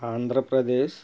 Andhra Pradesh